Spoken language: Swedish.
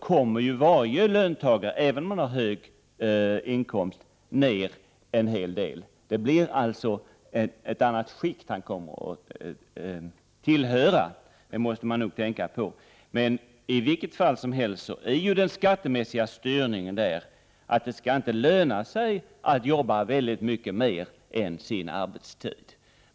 kommer varje löntagare, även om han har hög nkomst, ner en hel del i skatt. Det blir nämligen ett annat skikt han kommer ptt tillhöra. Det måste man tänka på. I vilket fall som helst är den skattemässiga styrningen sådan att det inte kall löna sig att jobba mycket mer än sin arbetstid.